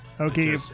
Okay